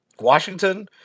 Washington